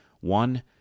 One